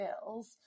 skills